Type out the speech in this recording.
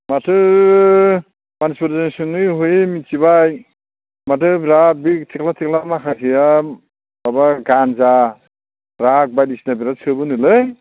माथो मानसिफोरजों सोङै हयै मिथिबाय माथो बिराथ बै थेख्ला थेख्ला माखासेया माबा गान्जा द्राग्स बायदिसिना बिराथ सोबोनोलै